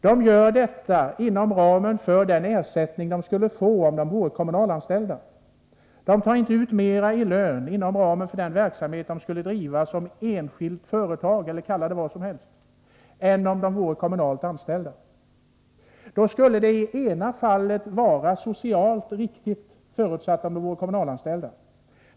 De gör detta inom ramen för den ersättning de skulle få om de var kommunalanställda. De tar inte ut mera i lön inom den verksamhet de skulle driva som enskilt företag — eller kalla det vad som helst — än om de vore kommunalanställda. I det ena fallet, om de var kommunalanställda, vore detta socialt riktigt.